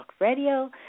Radio